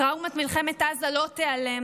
טראומת מלחמת עזה לא תיעלם,